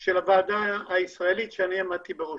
של הוועדה הישראלית שעמדתי בראשה.